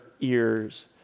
ears